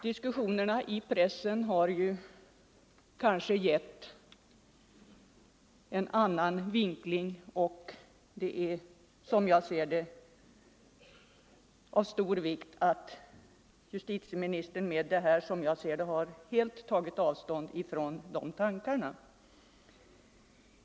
Diskussionerna i pressen har kanske gett en annan vinkling, varför det är av stor vikt att justitieministern med det här svaret, såsom jag ser det, helt har tagit avstånd från de tankarna.